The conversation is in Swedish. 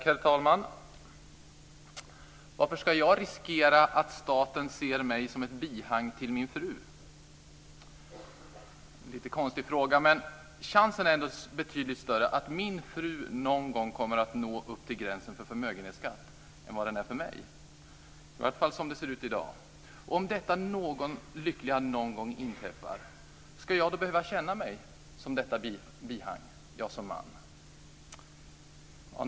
Herr talman! Varför ska jag riskera att staten ser mig som ett bihang till min fru? Det är en lite konstig fråga, men chansen är ändå betydligt större att min fru någon gång kommer att nå upp till gränsen för förmögenhetsskatt än vad den är för mig - i varje fall som det ser ut i dag. Om detta lyckliga någon gång inträffar, ska jag då som man behöva känna mig som ett bihang?